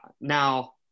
Now